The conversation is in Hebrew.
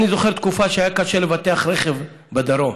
אני זוכר תקופה שהיה קשה לבטח רכב בדרום.